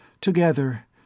together